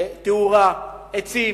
תאורה, עצים.